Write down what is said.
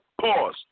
Pause